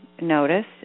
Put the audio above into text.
notice